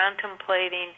contemplating